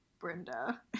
Brenda